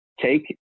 take